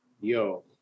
Yo